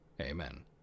Amen